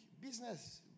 business